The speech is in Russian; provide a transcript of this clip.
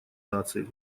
наций